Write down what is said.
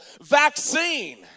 vaccine